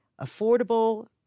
affordable